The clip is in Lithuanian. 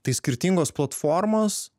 tai skirtingos platformos